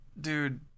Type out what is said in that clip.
dude